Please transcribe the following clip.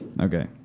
Okay